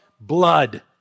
blood